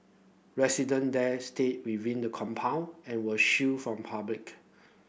resident there stayed within the compound and were shielded from public